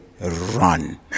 run